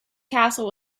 castle